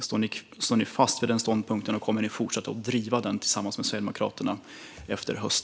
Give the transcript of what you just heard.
Står ni fast vid den ståndpunkten, och kommer ni att fortsätta att driva den tillsammans med Sverigedemokraterna i höst?